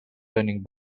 turning